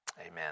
amen